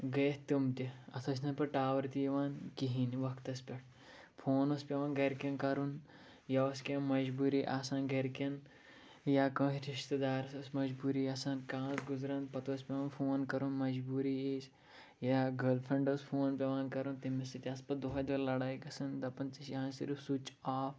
گٔے اَتھ تِم تہِ اَتھ ٲسۍ نہٕ پَتہٕ ٹاوَر تہِ یِوان کِہیٖنۍ وَقتَس پٮ۪ٹھ فون اوس پٮ۪وان گَرِکٮ۪ن کَرُن یا اوس کینٛہہ مجبوٗری آسان گَرِکٮ۪ن یا کانٛہہ رِشتہٕ دارَس ٲسۍ مجبوٗری آسان کانٛہہ اوس گُزران پَتہٕ اوس پٮ۪وان فون کَرُن مجبوٗری وِز یا گٔرل فرٛٮ۪نٛڈ ٲس فون پٮ۪وان کَرُن تٔمِس سۭتۍ آسہٕ پَتہٕ دۄہَے دۄہَے لَڑایہِ گژھان دَپان ژےٚ چھی یِوان صِرف سُچ آف